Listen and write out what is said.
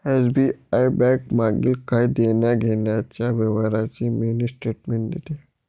SBI bank मागील काही देण्याघेण्याच्या व्यवहारांची मिनी स्टेटमेंट देते